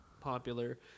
popular